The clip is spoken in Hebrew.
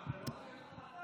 הארץ,